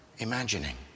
Imagining